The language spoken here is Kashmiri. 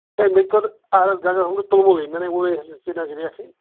ہَے مےٚ کوٚر عرٕض گرس منٛز تُلمُلُے مےٚ نَے ووٚنُے یہِ چھَنہٕ اَز ریٹھٕے